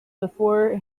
before